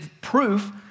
proof